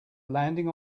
landing